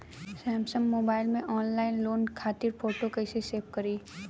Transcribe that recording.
Samsung mobile में online loan खातिर photo कैसे सेभ करीं?